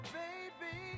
baby